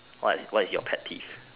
what is what is your pet peeve